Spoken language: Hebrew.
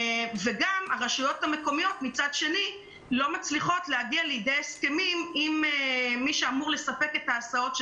הרשויות המקומיות לא מצליחות להגיע להסכמים עם מי שאמור לספק את ההסעות,